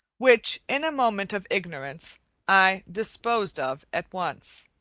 which in a moment of ignorance i disposed of at once.